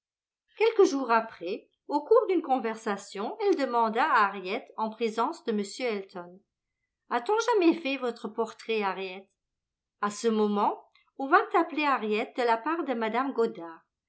quelques jours après au cours d'une conversation elle demanda à harriet en présence de m elton a-t-on jamais fait votre portrait harriet à ce moment on vint appeler harriet de la part de mme goddard